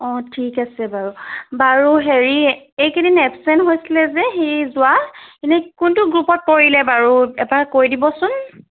অঁ ঠিক আছে বাৰু বাৰু হেৰি এইকেইদিন এৱচেন্ট হৈছিলে যে সি যোৱা এনেই কোনটো গ্ৰুপত পৰিলে বাৰু এবাৰ কৈ দিবচোন